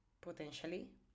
potentially